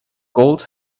gold